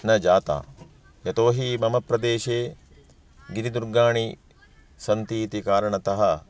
न जाता यतोहि मम प्रदेशे गिरि दुर्गाणि सन्ति इति कारणतः